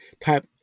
type